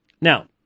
Now